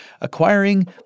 acquiring